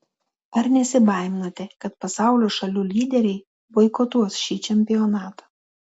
ar nesibaiminate kad pasaulio šalių lyderiai boikotuos šį čempionatą